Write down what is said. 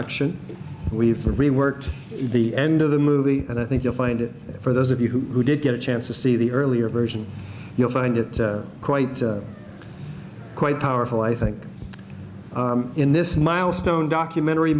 introduction we've reworked the end of the movie and i think you'll find it for those of you who did get a chance to see the earlier version you'll find it quite quite powerful i think in this milestone documentary